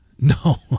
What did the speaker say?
No